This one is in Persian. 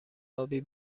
آبی